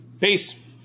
Peace